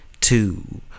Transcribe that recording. two